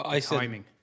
timing